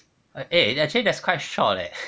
eh actually that's quite short leh